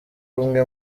bumwe